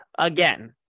Again